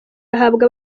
ahabwa